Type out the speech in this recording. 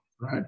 right